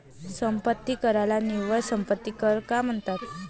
संपत्ती कराला निव्वळ संपत्ती कर का म्हणतात?